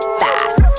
fast